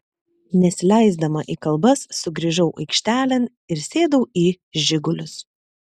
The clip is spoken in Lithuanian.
nesileisdama į kalbas sugrįžau aikštelėn ir sėdau į žigulius